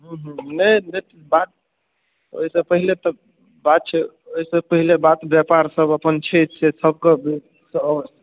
हूँ नहि दे बात ओहिसँ पहिले तऽ बात छै ओहिसँ पहिले बात ब्यापार सभ अपन छै से सभके तऽ